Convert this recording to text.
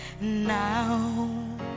Now